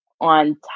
on